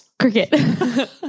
Cricket